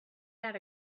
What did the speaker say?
not